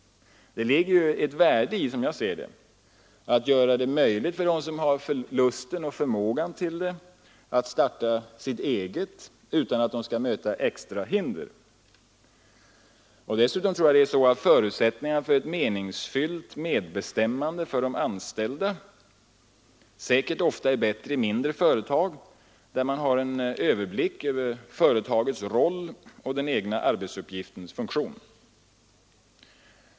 Det ligger, som jag ser det, ett värde i att göra det möjligt för dem som har lusten och förmågan därtill att få starta sitt eget utan att möta extra hinder. Dessutom är förutsättningarna för ett meningsfyllt medbestämmande för de anställda säkert ofta bättre i mindre företag där man har överblick över företagets roll och den egna arbetsuppgiftens funktion.